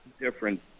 different